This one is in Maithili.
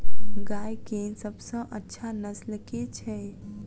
गाय केँ सबसँ अच्छा नस्ल केँ छैय?